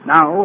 Now